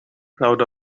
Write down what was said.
crowd